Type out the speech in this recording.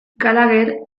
gallagher